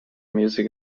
music